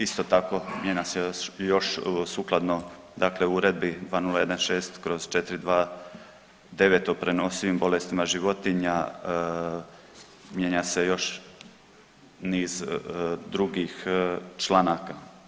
Isto tako mijenja se još sukladno dakle Uredbi 2016/429 o prenosivim bolestima životinja, mijenja se još niz drugih članaka.